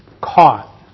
caught